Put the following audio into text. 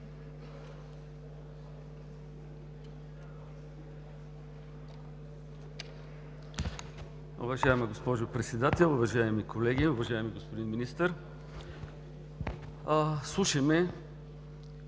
Уважаема госпожо Председател, уважаеми колеги, уважаеми господин Министър! Слушаме